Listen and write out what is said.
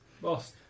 Boss